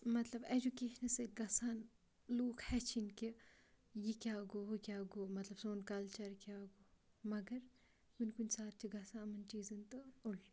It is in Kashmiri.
مطلب ایجوٗکیشنہٕ سۭتۍ گژھن لوٗکھ ہیٚچھِنۍ کہِ یہِ کیٛاہ گوٚو ہُہ کیٛاہ گوٚو مطلب سون کَلچَر کیٛاہ گوٚو مگر کُنہِ کُنہِ ساتہٕ چھِ گژھان یِمَن چیٖزَن تہٕ اُلٹہٕ